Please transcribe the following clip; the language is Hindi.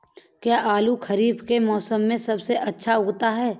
क्या आलू खरीफ के मौसम में सबसे अच्छा उगता है?